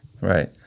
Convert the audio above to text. Right